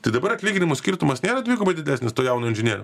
tai dabar atlyginimų skirtumas nėra dvigubai didesnis to jauno inžinierio